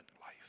life